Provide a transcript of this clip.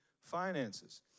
finances